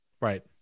Right